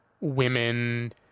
women